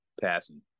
passing